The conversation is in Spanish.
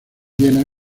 viena